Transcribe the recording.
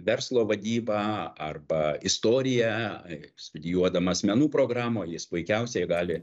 verslo vadybą arba istoriją studijuodamas menų programą jis puikiausiai gali